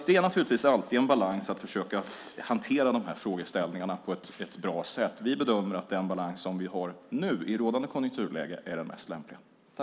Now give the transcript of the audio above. Det är naturligtvis alltid en fråga om balans att försöka hantera de här frågeställningarna på ett bra sätt. Vi bedömer att den balans som vi har nu i rådande konjunkturläge är den mest lämpliga.